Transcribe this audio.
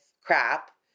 crap